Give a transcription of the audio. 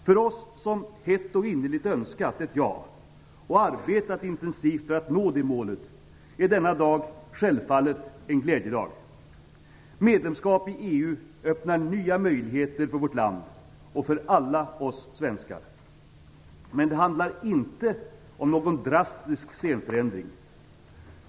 För oss som hett och innerligt önskat ett ja och som arbetat intensivt för att nå det målet är denna dag självfallet en glädjedag. Medlemskap i EU öppnar nya möjligheter för vårt land och för alla oss svenskar. Men det handlar inte om någon drastisk scenförändring.